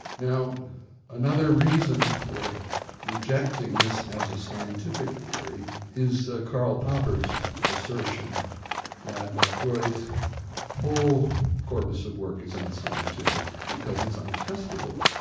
now another reason for rejecting this as a scientific theory is ah karl popper's assertion that ah freud's whole corpus of work is unscientific because it's untestable.